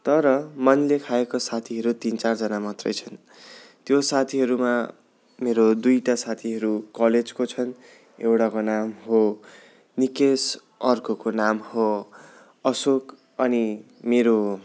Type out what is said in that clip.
तर मनले खाएको साथीहरू तिन चारजना मात्रै छन् त्यो साथीहरूमा मेरो दुइटा साथीहरू कलेजको छन् एउटाको नाम हो निकेस अर्कोको नाम हो असोक अनि मेरो